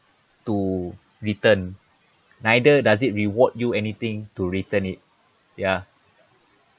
to return neither does it reward you anything to return it ya